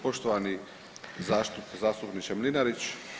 Poštovani zastupniče Mlinarić.